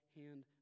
hand